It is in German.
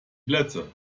plätze